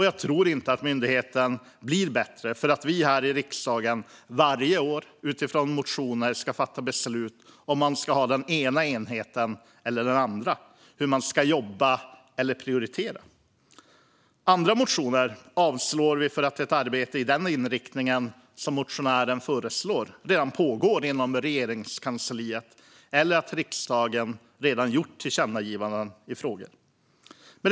Jag tror inte att myndigheten blir bättre för att vi här i riksdagen varje år utifrån motioner fattar beslut om man ska ha den ena enheten eller den andra och hur man ska jobba eller prioritera. Andra motioner avslår vi för att ett arbete i den inriktning som motionären föreslår redan pågår inom Regeringskansliet eller för att riksdagen redan gjort tillkännagivanden i frågan.